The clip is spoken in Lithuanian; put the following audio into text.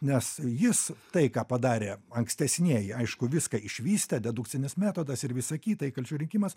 nes jis tai ką padarė ankstesnieji aišku viską išvystė dedukcinis metodas ir visa kita įkalčių rinkimas